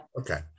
Okay